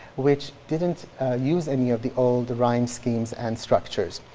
which didn't use any of the old rhyme schemes and structures.